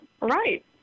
right